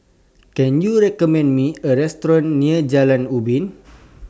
Can YOU recommend Me A Restaurant near Jalan Ubin